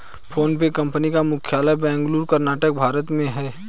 PhonePe company का मुख्यालय बेंगलुरु कर्नाटक भारत में है